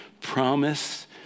promise